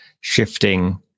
shifting